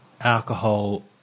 alcohol